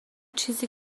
چیزی